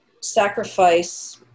sacrifice